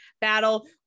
battle